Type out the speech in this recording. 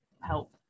help